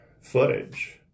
footage